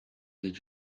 did